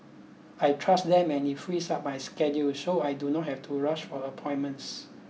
I trust them and it frees up my schedule so I do not have to rush for appointments